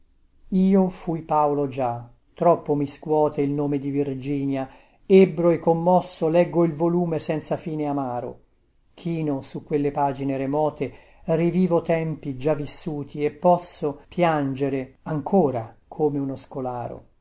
io fui paolo già troppo mi scuote il nome di virginia ebbro e commosso leggo il volume senza fine amaro chino su quelle pagine remote rivivo tempi già vissuti e posso piangere ancora come uno scolaro